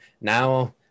now